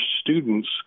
students